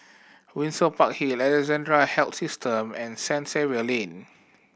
Windsor Park Hill Alexandra Health System and Saint Xavier Lane